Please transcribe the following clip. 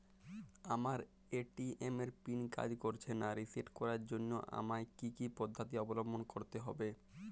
আমার এ.টি.এম এর পিন কাজ করছে না রিসেট করার জন্য আমায় কী কী পদ্ধতি অবলম্বন করতে হবে?